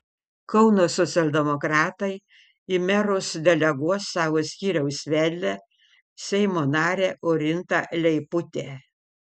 kauno socialdemokratai į merus deleguos savo skyriaus vedlę seimo narę orintą leiputę